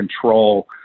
control